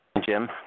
Jim